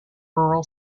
rural